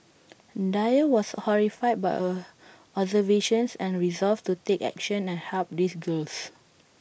dyer was horrified by her observations and resolved to take action and help these girls